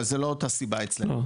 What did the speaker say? אבל זה לא אותה סיבה אצלנו,